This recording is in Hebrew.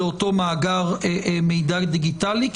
לאותו מאגר מידע דיגיטלי,